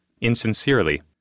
insincerely